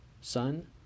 Sun